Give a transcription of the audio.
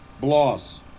Bloss